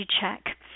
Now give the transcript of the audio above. check